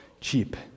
cheap